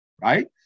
right